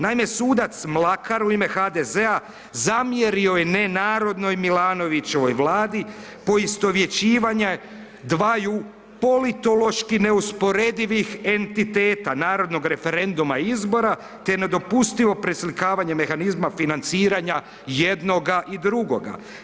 Naime, sudac Mlakar u ime HDZ-a zamjerio je nenarodnoj Milanovićevoj Vladi poistovjećivanje dvaju politološki neusporedivih entiteta, naravnog referenduma izbora, te nedopustivo preslikavanje mehanizma financiranja jednoga i druga.